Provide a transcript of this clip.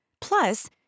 Plus